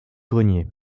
grenier